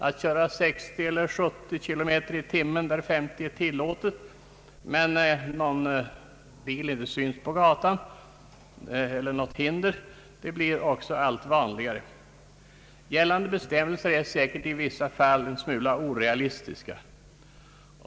Att köra 60 eller 70 km i timmen där 30 är tillåtet, men ingen bil eller inget hinder syns på gatan, blir också allt vanligare. Gällande bestämmelser är säkert i vissa fall en smula orealistiska.